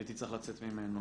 שהייתי צריך לצאת ממנו,